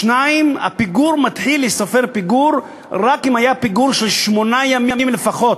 2. הפיגור מתחיל להיספר רק אם היה בן שמונה ימים לפחות.